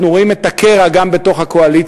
אנחנו רואים את הקרע גם בתוך הקואליציה,